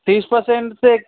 तीस परसेंटचं एक